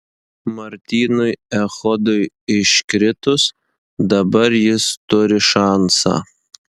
martynui echodui iškritus dabar jis turi šansą